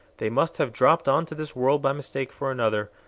they must have dropped on to this world by mistake for another,